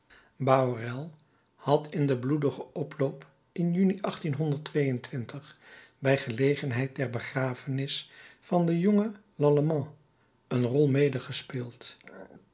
bahorel had in den bloedigen oploop in juni bij gelegenheid der begrafenis van den jongen lallemand een rol